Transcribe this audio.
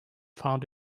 found